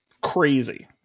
Crazy